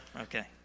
Okay